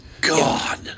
God